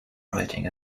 writing